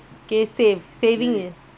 okay that one later can